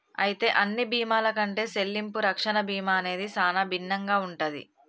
అయితే అన్ని బీమాల కంటే సెల్లింపు రక్షణ బీమా అనేది సానా భిన్నంగా ఉంటది